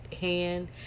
hand